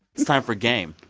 it's time for a game.